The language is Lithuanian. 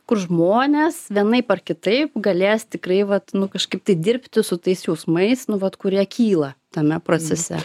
kur žmonės vienaip ar kitaip galės tikrai vat nu kažkaip tai dirbti su tais jausmais nu vat kurie kyla tame procese